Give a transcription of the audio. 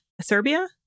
Serbia